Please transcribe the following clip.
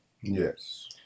yes